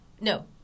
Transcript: no